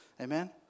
Amen